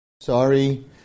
Sorry